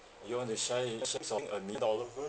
you want to share in a mi~ dollar would